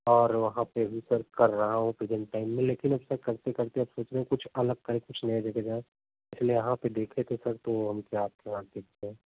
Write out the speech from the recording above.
और वहाँ पर भी सर कर रहा हूँ प्रेसेंट टाइम में लेकिन उसमें करते करते अब सोच रहे कुछ अलग करके कुछ नया जगह जाएँ इसलिए यहाँ पर देखें तो सर तो हम आपके यहाँ